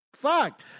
Fuck